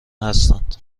هستند